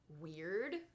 weird